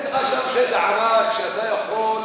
יש לך שם שטח ענק שאתה יכול,